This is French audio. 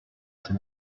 ses